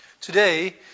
Today